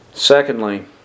Secondly